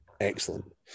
Excellent